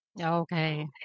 Okay